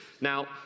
Now